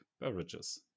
beverages